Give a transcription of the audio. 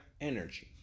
energy